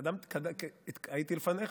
הייתי לפניך.